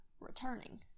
returning